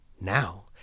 Now